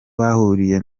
bahuriye